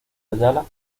ayala